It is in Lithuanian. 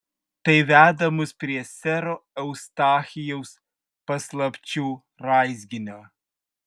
tai veda mus prie sero eustachijaus paslapčių raizginio